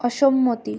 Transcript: অসম্মতি